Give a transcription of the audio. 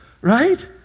Right